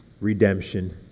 redemption